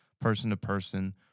person-to-person